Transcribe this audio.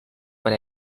per